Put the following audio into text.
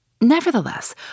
Nevertheless